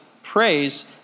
Praise